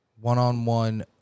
one-on-one